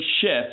shift